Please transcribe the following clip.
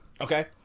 Okay